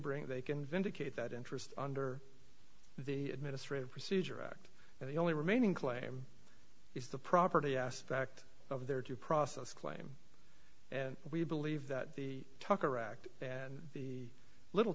bring they can vindicate that interest under the administrative procedure act and the only remaining claim is the property aspect of their due process claim and we believe that the talker act and the little